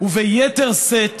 וביתר שאת